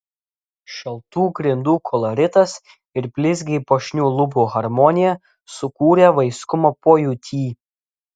šaltų grindų koloritas ir blizgiai puošnių lubų harmonija sukūrė vaiskumo pojūtį